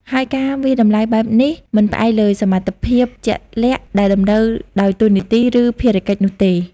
ហើយការវាយតម្លៃបែបនេះមិនផ្អែកលើសមត្ថភាពជាក់លាក់ដែលតម្រូវដោយតួនាទី ឬភារកិច្ចនោះទេ។